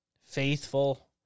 faithful